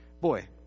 Boy